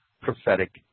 prophetic